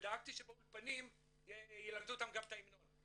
ודאגתי שבאולפנים ילמדו אותם גם את ההמנון.